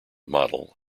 model